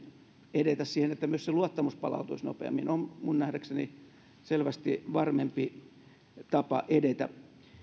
edetä siihen että myös se luottamus palautuisi nopeammin on minun nähdäkseni selvästi varmempi tapa edetä